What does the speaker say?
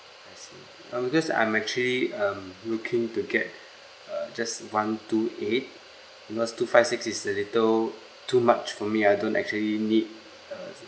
I see um because I'm actually um looking to get uh just one two eight because two five six is a little too much for me I don't actually need uh